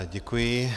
Děkuji.